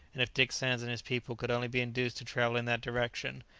and if dick sands and his people could only be induced to travel in that direction,